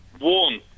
one